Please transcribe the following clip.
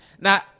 now